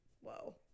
Whoa